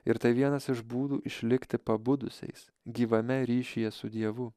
ir tai vienas iš būdų išlikti pabudusiais gyvame ryšyje su dievu